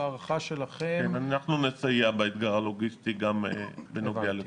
וההערכה שלכם --- נסייע באתגר הלוגיסטי גם בנוגע לקובקס.